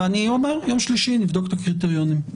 וביום שלישי נבדוק את הקריטריונים.